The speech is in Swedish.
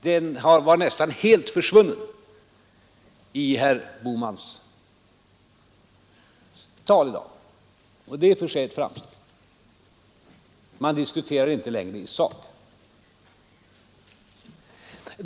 Dessa påståenden var nästan helt försvunna i herr Bohmans tal i dag. Det är i och för sig ett framsteg. Man diskuterar inte längre i sak.